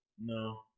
No